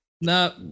no